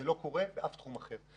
אבל זה לא קורה באף תחום אחר.